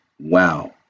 wow